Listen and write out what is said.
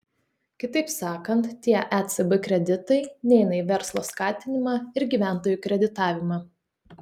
kitaip sakant tie ecb kreditai neina į verslo skatinimą ir gyventojų kreditavimą